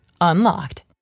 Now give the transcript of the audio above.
Unlocked